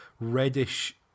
reddish